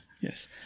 Yes